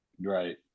right